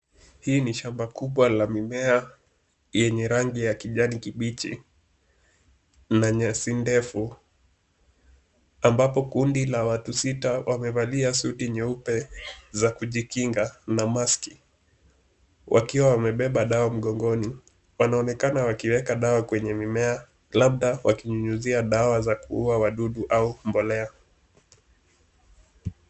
Hii ni shamba kubwa la mimea yenye rangi ya kijani kibichi na nyasi ndefu ambapo kundi la watu sita wamevalia suti nyeupe za kujikinga na maski, wakiwa wamebeba dawa mgongoni, wanaonekana wakiweka dawa kwenye mimea labda wakinyunyuzia dawa za kuua wadudu au mbolea.